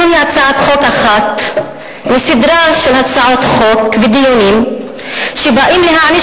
זוהי הצעת חוק אחת מסדרה של הצעות חוק ודיונים שבאים להעניש